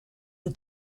the